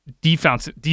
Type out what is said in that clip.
defensive